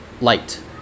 light